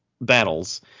battles